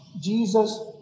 Jesus